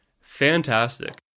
fantastic